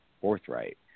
forthright